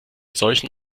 solchen